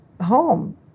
home